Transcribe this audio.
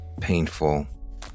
painful